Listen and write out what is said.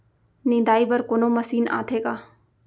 निंदाई बर कोनो मशीन आथे का?